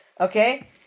Okay